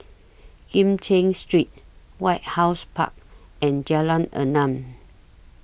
Kim Cheng Street White House Park and Jalan Enam